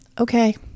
Okay